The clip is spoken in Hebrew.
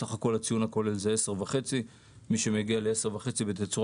סך הכול הציון הכולל זה 10.5. מי שמגיע ל-10.5 בתצורה